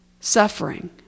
suffering